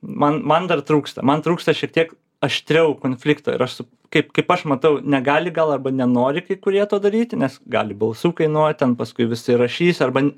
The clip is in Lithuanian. man man dar trūksta man trūksta šiek tiek aštriau konflikto ir aš su kaip kaip aš matau negali gal arba nenori kai kurie to daryti nes gali balsų kainuot ten paskui visi rašys arba